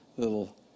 little